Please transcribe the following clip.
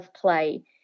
play